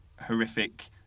horrific